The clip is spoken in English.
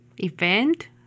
event